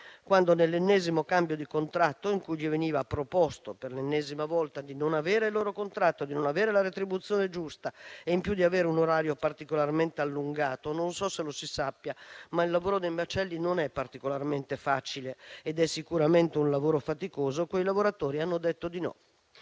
quando all'ennesimo cambio di contratto, in cui veniva loro proposto per l'ennesima volta di non avere il loro contratto, né la retribuzione giusta, ma al contempo con un orario particolarmente allungato (non so se lo si sappia, ma il lavoro dei macelli non è particolarmente facile ed è sicuramente faticoso), quei lavoratori hanno detto no.